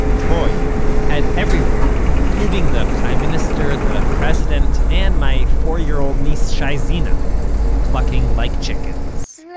toy had everyone including the prime minister, the president and my four-year-old niece shai zena clucking like chickens